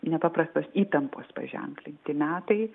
nepaprastos įtampos paženklinti metai